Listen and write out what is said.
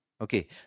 Okay